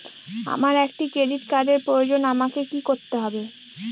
আমার একটি ক্রেডিট কার্ডের প্রয়োজন আমাকে কি করতে হবে?